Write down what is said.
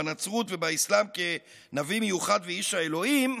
בנצרות ובאסלאם כנביא מיוחד ואיש האלוהים,